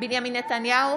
בנימין נתניהו,